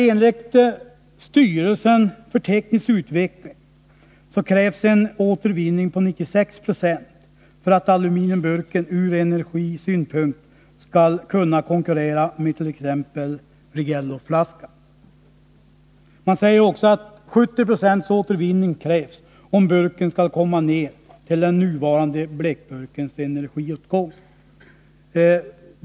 Enligt styrelsen för teknisk utveckling krävs en återvinning på 96 9 för att aluminiumburken ur energisynpunkt skall kunna konkurrera med t.ex. Rigelloflaskan. Man säger också att 70 90 återvinning krävs om burken skall komma ner till den nuvarande bleckburkens energiåtgång.